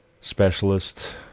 specialist